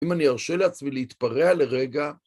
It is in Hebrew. אם אני ארשה לעצמי להתפרע לרגע.